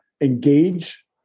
engage